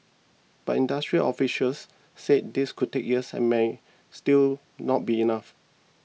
but industry officials say this could take years and may still not be enough